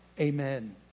Amen